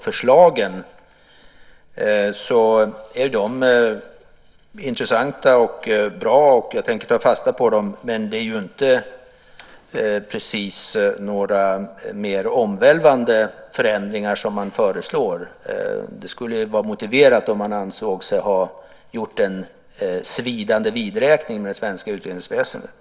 Förslagen är intressanta och bra, och jag tänker ta fasta på dem, men det är inte precis några omvälvande förändringar som föreslås. Det skulle vara motiverat om man ansåg sig ha gjort en svidande vidräkning med det svenska utredningsväsendet.